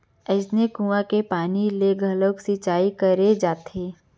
अइसने कुँआ के पानी ले घलोक सिंचई करे जाथे